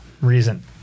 reason